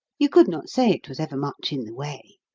you could not say it was ever much in the way.